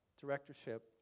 directorship